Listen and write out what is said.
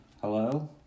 Hello